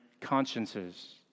consciences